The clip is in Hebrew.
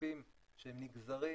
כספים שנגזרים